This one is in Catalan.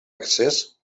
accés